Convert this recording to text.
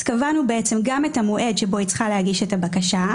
אז קבענו את המועד שבו היא צריכה להגיש את הבקשה,